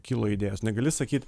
kilo idėjos negali sakyt